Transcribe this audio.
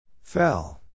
Fell